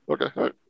Okay